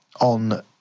on